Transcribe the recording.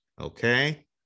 Okay